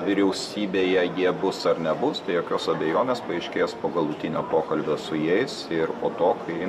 vyriausybėje jie bus ar nebus be jokios abejonės paaiškės po galutinio pokalbio su jais ir po to kai